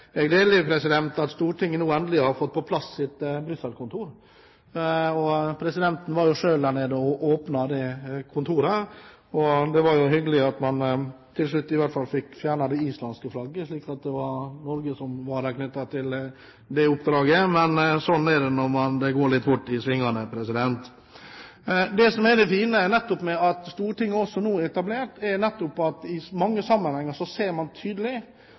at Stortinget nå endelig har fått på plass sitt Brussel-kontor. Presidenten var jo selv der nede og åpnet dette kontoret. Det var hyggelig at man til slutt i hvert fall fikk fjernet det islandske flagget, slik at det var Norge som var knyttet til dette oppdraget. Sånn er det når det går litt fort i svingene. Det som er det fine med at Stortinget også er etablert der, er at i mange sammenhenger ser man tydelig